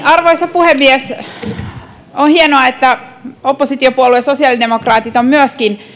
arvoisa puhemies on hienoa että oppositiopuolue sosiaalidemokraatit on myöskin